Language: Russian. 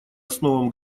основам